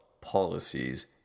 policies